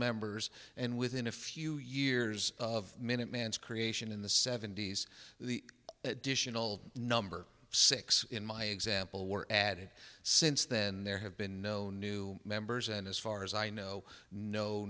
members and within a few years of minute man's creation in the seventies the additional number six in my example were added since then there have been no new members and as far as i know no